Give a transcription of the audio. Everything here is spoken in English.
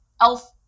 elf-